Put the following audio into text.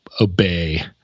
obey